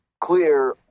clear